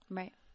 right